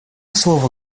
слово